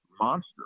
monster